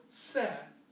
set